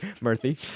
Murphy